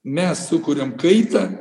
mes sukuriam kaitą